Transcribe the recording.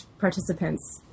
participants